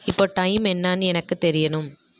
இப்போது டைம் என்னன்னு எனக்குத் தெரியணும்